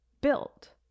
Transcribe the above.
built